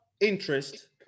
interest